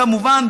כמובן,